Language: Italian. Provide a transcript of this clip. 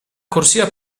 corsia